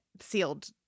sealed